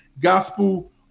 gospel